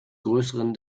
größeren